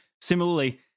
Similarly